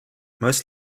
most